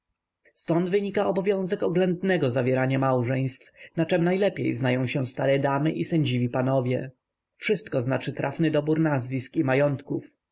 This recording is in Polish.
ztąd wynika obowiązek oględnego zawierania małżeństw na czem najlepiej znają się stare damy i sędziwi panowie wszystko znaczy trafny dobór nazwisk i majątków